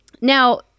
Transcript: Now